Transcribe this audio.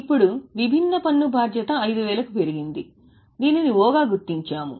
ఇప్పుడు విభిన్న పన్ను బాధ్యత 5000 కు పెరిగింది దీనిని O గా గుర్తించాము